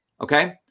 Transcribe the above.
Okay